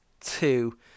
two